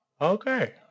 Okay